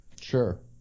Sure